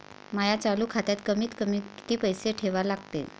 माया चालू खात्यात कमीत कमी किती पैसे ठेवा लागते?